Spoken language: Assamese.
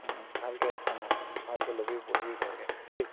অ ভালকৈ ওম ভালকৈ ল'বি পঢ়িবি ভালকৈ দেই